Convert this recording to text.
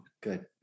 Good